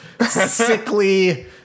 sickly